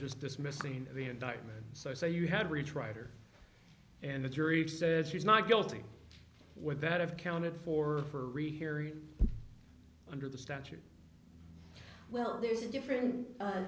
just dismissing the indictment so say you had reached right or and the jury said she's not guilty would that have counted for a rehearing under the statute well there's a different